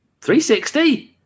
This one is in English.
360